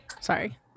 sorry